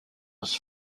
his